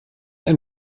ein